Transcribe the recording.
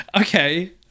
Okay